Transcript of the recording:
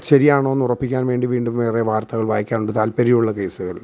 ശരി ആണോ എന്ന് ഉറപ്പിക്കാൻ വേണ്ടി വീണ്ടും വേറെ വാർത്തകൾ വായിക്കാറുണ്ട് താല്പര്യമുള്ള കേസുകളില്